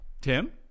Tim